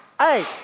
eight